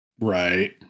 right